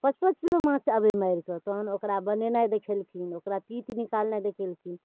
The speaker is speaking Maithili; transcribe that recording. पाँच पाँच किलो माँछ अबै मारिकऽ तहन ओकरा बनेनाइ देखेलखिन ओकरा पित निकालनाइ देखेलखिन